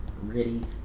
ready